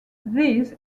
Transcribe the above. these